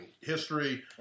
history